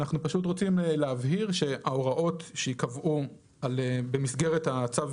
אנחנו פשוט רוצים להבהיר שההוראות שייקבעו במסגרת הצו